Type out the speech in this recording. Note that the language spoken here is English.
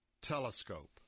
telescope